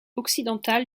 occidental